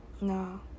No